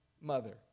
mother